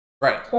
Right